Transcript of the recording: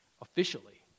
officially